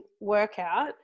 workout